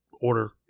order